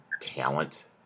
talent